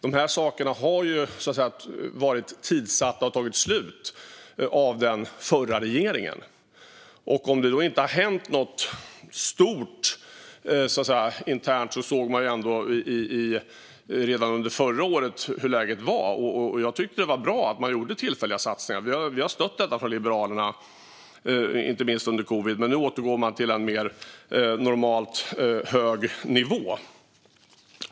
Dessa stöd har ju varit tidssatta av den förra regeringen och har upphört. Redan under förra året såg vi hur läget var. Jag tyckte att det var bra att man gjorde tillfälliga satsningar. Vi har stött detta från Liberalernas sida, inte minst under covid, men nu återgår vi till en mer normalhög nivå.